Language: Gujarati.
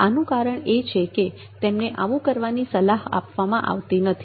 આનું કારણ એ છે કે તેમને આવું કરવાની સલાહ આપવામાં આવતી નથી